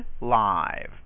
live